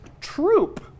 troop